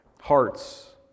hearts